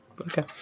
Okay